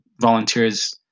volunteers